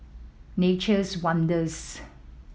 Nature's Wonders